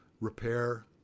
repair